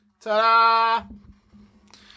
Ta-da